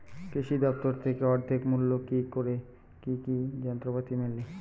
কৃষি দফতর থেকে অর্ধেক মূল্য কি কি যন্ত্রপাতি মেলে?